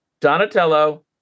Donatello